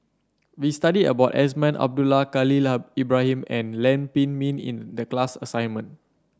we studied about Azman Abdullah Khalil Ibrahim and Lam Pin Min in the class assignment